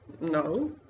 No